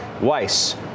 Weiss